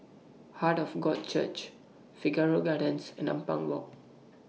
Heart of God Church Figaro Gardens and Ampang Walk